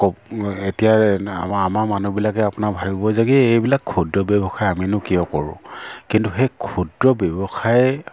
ক' এতিয়া আমাৰ আমাৰ মানুহবিলাকে আপোনাৰ ভাবিব যায়গৈ এইবিলাক ক্ষুদ্ৰ ব্যৱসায় আমিনো কিয় কৰোঁ কিন্তু সেই ক্ষুদ্ৰ ব্যৱসায়